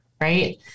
right